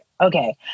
okay